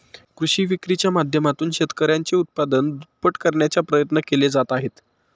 कृषी विक्रीच्या माध्यमातून शेतकऱ्यांचे उत्पन्न दुप्पट करण्याचा प्रयत्न केले जात आहेत